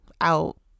out